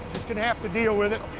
just gonna have to deal with it.